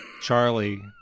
Charlie